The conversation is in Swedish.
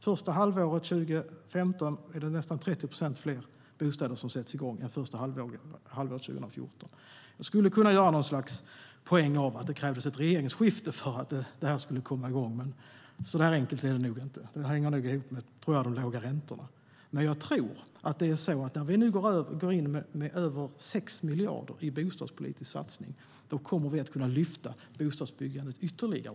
Första halvåret 2015 var det nästan 30 procent fler bostadsbyggen som sattes igång än första halvåret 2014. Jag skulle kunna göra något slags poäng av att det krävdes ett regeringsskifte för att det skulle komma igång, men så enkelt är det inte, utan det hänger nog ihop med de låga räntorna. Men jag tror att när vi nu går in med över 6 miljarder i en bostadspolitisk satsning kommer vi att kunna lyfta bostadsbyggandet ytterligare.